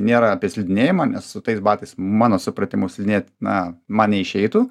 nėra apie slidinėjimą nes su tais batais mano supratimu slidinėt na man neišeitų